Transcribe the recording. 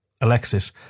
Alexis